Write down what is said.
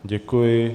Děkuji.